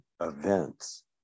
Events